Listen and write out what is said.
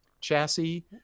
chassis